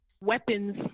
weapons